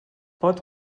pot